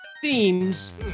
themes